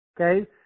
okay